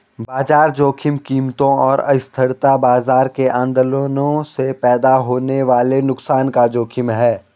बाजार जोखिम कीमतों और अस्थिरता बाजार में आंदोलनों से पैदा होने वाले नुकसान का जोखिम है